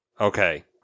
Okay